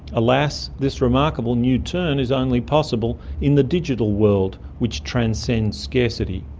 alas this remarkable new turn is only possible in the digital world which transcends scarcity.